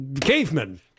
Cavemen